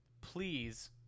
please